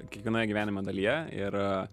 kiekvienoje gyvenimo dalyje ir